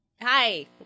Hi